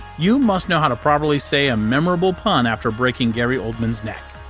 you must know how to properly say a memorable pun after breaking gary oldman's neck!